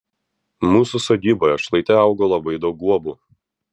mūsų sodyboje šlaite augo labai daug guobų